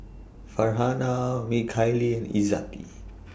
Farhanah Mikhail Izzati